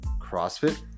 crossfit